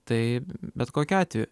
tai bet kokiu atveju